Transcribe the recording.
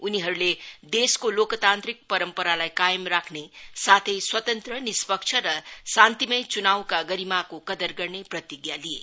उनीहरूले देशको लोकतान्त्रिक परम्परालाई कायम राख्ने साथै स्वतन्त्र निष्पक्ष र शान्तिमय चुनावका गरिमाको कदर गर्ने प्रतिज्ञा लिए